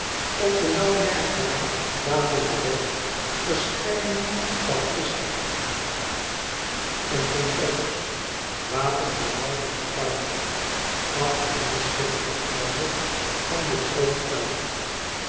op den nauw merkbaar dalenden weg verschijnen paukisten en trompetters wapenherauten te paard achter hen schittert de garde van den troon aan